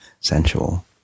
sensual